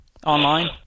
Online